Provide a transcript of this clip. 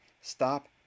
stop